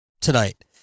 tonight